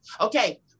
okay